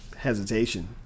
Hesitation